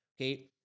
okay